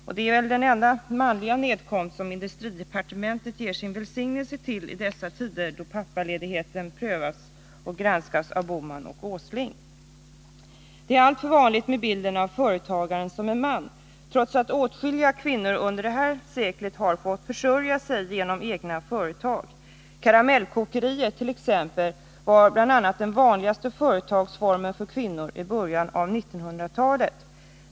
Detta är väl den enda manliga nedkomst som industridepartementet ger sin välsignelse till i dessa tider när pappaledigheten granskas och prövas av herrar Bohman och Åsling. Det är alltför vanligt med bilden av företagaren som en man, trots att åtskilliga kvinnor under detta sekel har fått försörja sig genom egna företag. Bl.a. var t.ex. karamellkokerier den vanligaste företagsformen för kvinnor i början av 1900-talet.